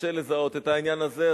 קשה לזהות את העניין הזה,